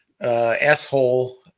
asshole